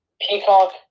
Peacock